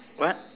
what